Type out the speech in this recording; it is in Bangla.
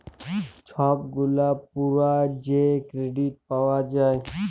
ছব গুলা পুরা যে কেরডিট পাউয়া যায়